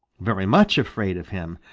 very much afraid of him,